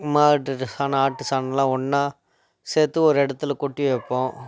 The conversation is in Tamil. மாட்டு சாணம் ஆட்டு சாணம்லாம் ஒன்றா சேர்த்து ஒரு இடத்துல கொட்டி வைப்போம்